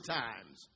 times